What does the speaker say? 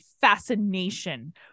fascination